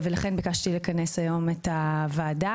לכן ביקשתי לכנס היום את הוועדה.